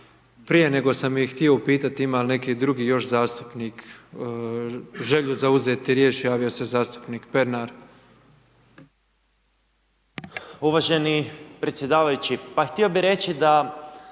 Prije nego sam htio upitati ima li nekih drugih još zastupnik želju za uzeti riječ, javio se zastupnik Pernar. **Pernar, Ivan (Živi zid)** Uvaženi predsjedavajući, htio bi reći, da